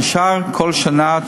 ונשאר כל שנה,